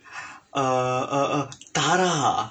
err uh uh ah